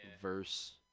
verse